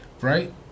Right